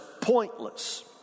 pointless